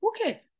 okay